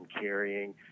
carrying